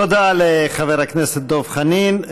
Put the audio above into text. תודה לחבר הכנסת דב חנין.